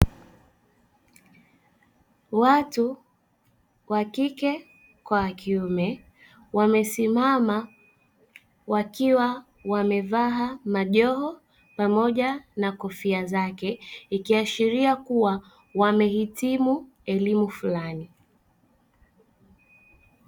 Watu wakike kwa wakiume wamesimama wakiwa wamevaa majoho pamoja na kofia zake, ikiashiria kuwa wamehitimu elimu fulani.